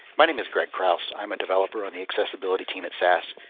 my name is greg kraus. i'm a developer on the accessibility team at sas?